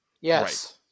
Yes